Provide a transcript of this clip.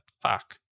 Fuck